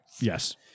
Yes